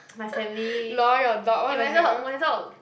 my family eh my dog my dog